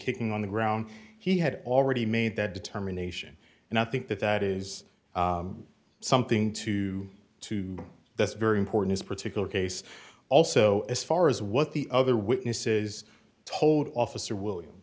kicking on the ground he had already made that determination and i think that that is something to to that's very important particular case also as far as what the other witnesses told officer william